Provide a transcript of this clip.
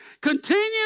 Continue